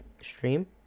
stream